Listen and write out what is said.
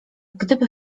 gdyby